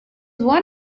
one